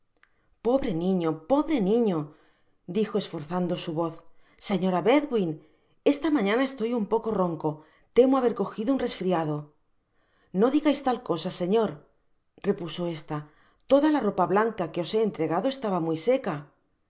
pobre niño pobre niño dijo esforzando su voz señora bedwin esta mañana estoy un poco rohco temo haber cojido un resfriado no digais tal cosa señor repuso esta toda la ropa blanca que os he entregado estaba muy seca